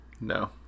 No